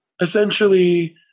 essentially